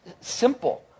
simple